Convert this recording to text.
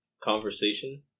Conversation